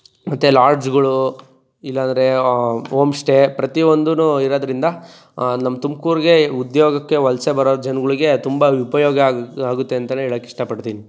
ಮತ್ತು ಲಾಡ್ಜ್ಗಳು ಇಲ್ಲಾಂದರೆ ಓಮ್ ಸ್ಟೇ ಪ್ರತೀ ಒಂದು ಇರೋದ್ರಿಂದ ನಮ್ಮ ತುಮಕೂರ್ಗೆ ಉದ್ಯೋಗಕ್ಕೆ ವಲಸೆ ಬರೋ ಜನಗಳ್ಗೆ ತುಂಬ ಉಪಯೋಗ ಆಗು ಆಗುತ್ತೆ ಅಂತ ಹೇಳಕ್ ಇಷ್ಟಪಡ್ತೀನಿ